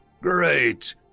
great